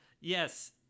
Yes